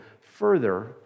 further